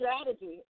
strategy